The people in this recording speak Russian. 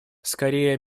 скорее